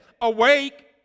awake